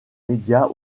médias